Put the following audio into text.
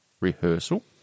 rehearsal